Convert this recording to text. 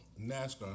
NASCAR